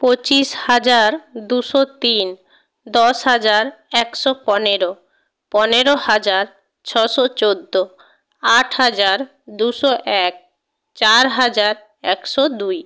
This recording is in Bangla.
পঁচিশ হাজার দুশো তিন দশ হাজার একশো পনেরো পনেরো হাজার ছশো চোদ্দো আট হাজার দুশো এক চার হাজার একশো দুই